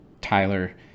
Tyler